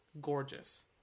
gorgeous